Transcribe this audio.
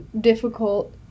difficult